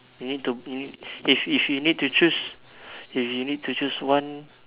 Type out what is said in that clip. we need to we need if if you need to choose if you need to choose one